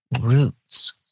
roots